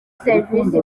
serivisi